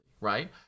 right